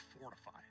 fortify